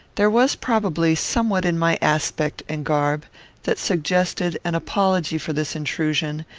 there was, probably, somewhat in my aspect and garb that suggested an apology for this intrusion,